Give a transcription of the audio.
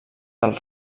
del